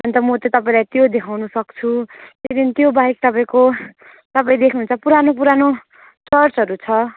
अन्त म चाहिँ तपाईँलाई त्यो देखाउन सक्छु त्यहाँदेखि त्योबाहेक तपाईँको तपाईँ देख्नुहुन्छ पुरानो पुराना चर्चहरू छ